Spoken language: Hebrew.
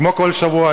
כמו כל שבוע,